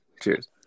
cheers